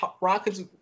Rockets